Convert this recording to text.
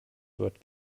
wird